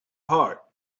heart